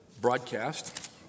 broadcast